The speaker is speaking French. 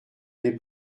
n’ai